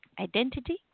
Identity